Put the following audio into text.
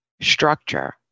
structure